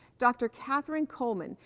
dr. catherine coleman,